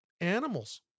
animals